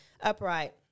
upright